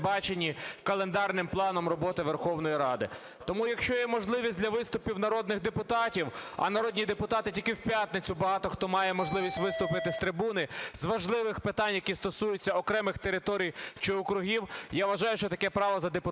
календарним планом роботи Верховної Ради. Тому якщо є можливість для виступів народних депутатів, а народні депутати тільки в п'ятницю багато хто має можливість виступити з трибуни з важливих питань, які стосуються окремих територій чи округів, я вважаю, що таке право за депутатами